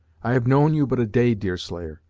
i have known you but a day, deerslayer,